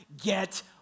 get